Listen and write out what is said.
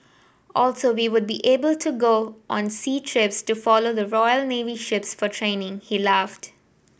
also we would be able to go on sea trips to follow the Royal Navy ships for training he laughed